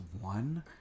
one